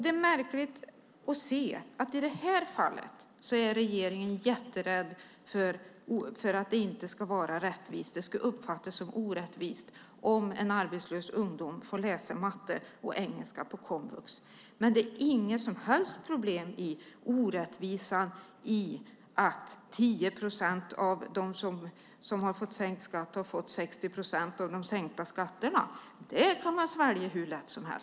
Det är märkligt att regeringen i detta fall är jätterädd för att det inte ska vara rättvist, att det ska uppfattas som orättvist om en arbetslös ung person får läsa matte och engelska på komvux. Det är inget som helst problem i orättvisan att 10 procent av dem som har fått sänkt skatt har fått 60 procent av de sänkta skatterna. Det kan man svälja hur lätt som helst.